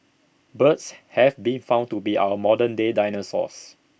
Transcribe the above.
birds have been found to be our modern day dinosaurs